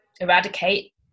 eradicate